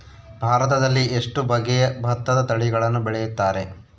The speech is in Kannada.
ಭಾರತದಲ್ಲಿ ಎಷ್ಟು ಬಗೆಯ ಭತ್ತದ ತಳಿಗಳನ್ನು ಬೆಳೆಯುತ್ತಾರೆ?